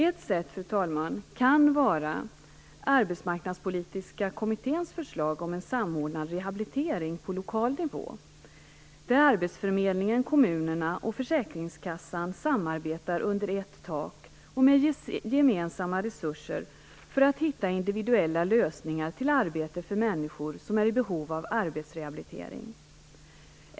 Ett sätt fru talman, kan vara Arbetsmarknadspolitiska kommitténs förslag om en samordnad rehabilitering på lokal nivå, där arbetsförmedlingen, kommunerna och Försäkringskassan samarbetar under ett tak och med gemensamma resurser för att hitta individuella lösningar som kan leda till arbete för människor som är i behov av arbetsrehabilitering.